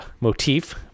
motif